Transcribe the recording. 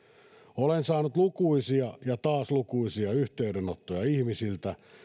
olen saanut lukuisia ja taas lukuisia yhteydenottoja ihmisiltä